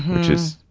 which is,